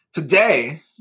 Today